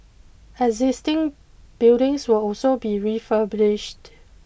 existing buildings will also be refurbished